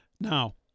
now